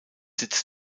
sitz